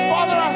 Father